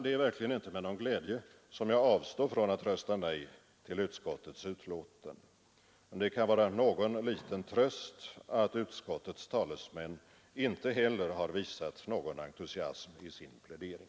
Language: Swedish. Det är verkligen inte med någon glädje som jag avstår från att rösta nej till utskottets betänkande, men det kan vara någon liten tröst att utskottets talesmän inte heller har visat någon entusiasm vid sin plädering.